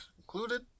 included